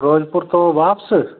ਫਿਰੋਜ਼ਪੁਰ ਤੋਂ ਵਾਪਸ